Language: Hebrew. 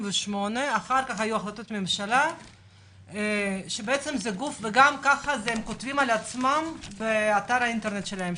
אחר כך היו החלטות ממשלה וגם ככה הם כותבים על עצמם באתר האינטרנט שלהם,